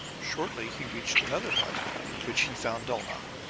shortly he reached another hut in which he found dulnop.